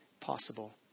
possible